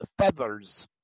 feathers